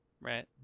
Right